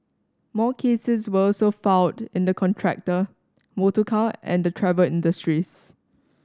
more cases were also filed in the contractor motorcar and the travel industries